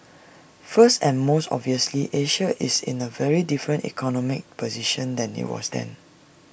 first and most obviously Asia is in A very different economic position than IT was then